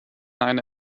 eine